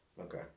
Okay